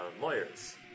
lawyers